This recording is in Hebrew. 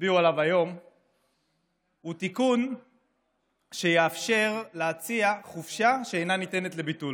שתצביעו עליו היום הוא תיקון שיאפשר להציע חופשה שאינה ניתנת לביטול.